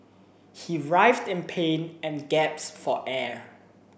he writhed in pain and gasped for air